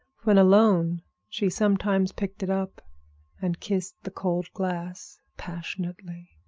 when alone she sometimes picked it up and kissed the cold glass passionately.